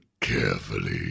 carefully